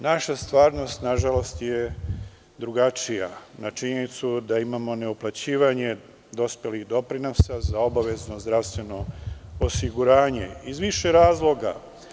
Naša stvarnost je drugačija na činjenicu da imamo neuplaćivanje dospelih doprinosa za obavezno zdravstveno osiguranje, iz više razloga.